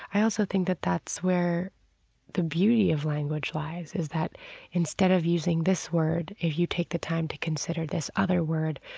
i also think that that's where the beauty of language lies, that instead of using this word, if you take the time to consider this other word,